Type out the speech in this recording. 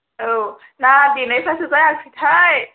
औ ना देनायफ्रासो जायासै थाय